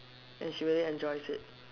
and she really enjoys it